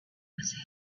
was